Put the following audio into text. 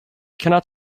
cannot